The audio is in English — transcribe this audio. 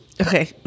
Okay